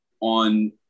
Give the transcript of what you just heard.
on